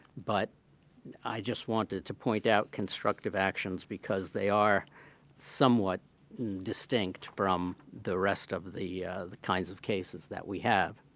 but i just wanted to point out constructive actions because they are somewhat distinct from the rest of the kinds of cases that we have.